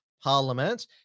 Parliament